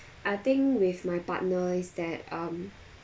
I think with my partner is that um